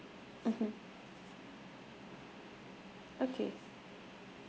mmhmm okay